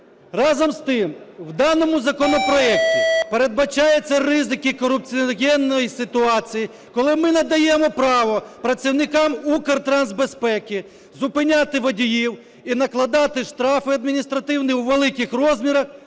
разом з тим, у даному законопроекті передбачаються ризики корупціогенної ситуації, коли ми надаємо право працівникам Укртрансбезпеки зупиняти водіїв і накладати штрафи адміністративні у великих розмірах